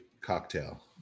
Cocktail